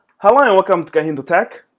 hello and welcome to kahindotech.